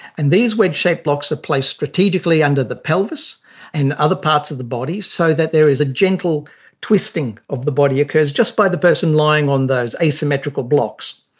and these wedge shaped blocks are placed strategically under the pelvis and other parts of the body so that there is a gentle twisting of the body that occurs just by the person lying on those asymmetrical blocks.